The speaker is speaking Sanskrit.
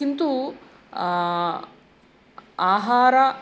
किन्तु आहारस्य